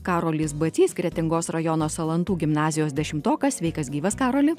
karolis bacys kretingos rajono salantų gimnazijos dešimtokas sveikas gyvas karoli